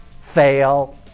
Fail